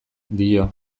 dio